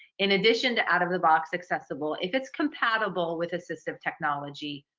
in addition to out-of-the-box accessible, if it's compatible with assistive technology,